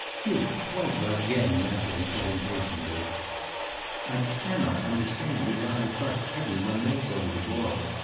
he is quite well again, natalie said impatiently i can not understand the amount of fuss every one makes over the boy.